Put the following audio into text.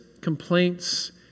complaints